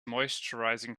moisturising